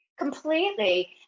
Completely